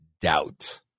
doubt